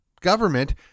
government